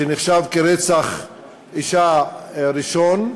וזה נחשב כרצח אישה ראשון,